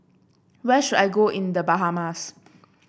where should I go in The Bahamas